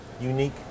unique